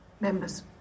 members